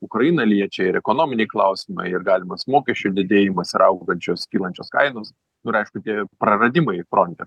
ukrainą liečia ir ekonominiai klausimai ir galimas mokesčių didėjimas ir augančios kylančios kainos nu ir aišku tie praradimai fronte